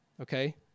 Okay